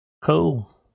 Cool